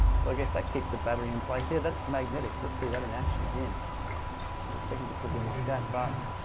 so, i guess that keeps the battery in place there. that's magnetic. let's see that in action again. i was expecting to put it in like that, but